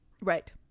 Right